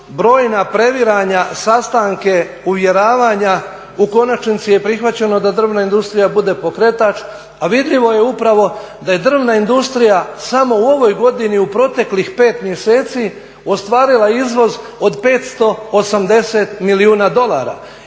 brojna previranja, sastanke, uvjeravanja u konačnici je prihvaćeno da drvna industrija bude pokretač, a vidljivo je upravo da je drvna industrija samo u ovoj godini u proteklih 5 mjeseci ostvarila izvoz od 580 milijuna dolara.